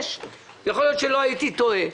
יכול להיות שלא הייתי טועה.